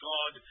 God